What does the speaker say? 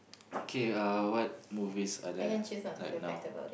okay uh what movies are there like now